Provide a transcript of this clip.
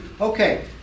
Okay